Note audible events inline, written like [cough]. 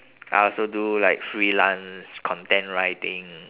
[noise] I also do like freelance content writing